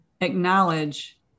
acknowledge